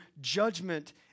judgment